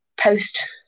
post